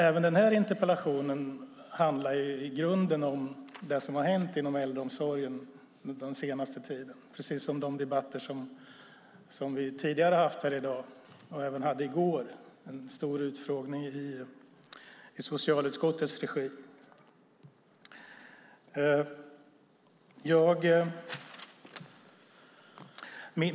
Även den här interpellationen handlar i grunden om det som har hänt inom äldreomsorgen den senaste tiden, precis som de debatter vi har haft här tidigare i dag och även hade i går, bland annat med en stor utfrågning i socialutskottets regi.